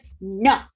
no